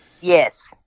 Yes